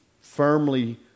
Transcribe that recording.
firmly